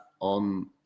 on